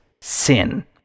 sin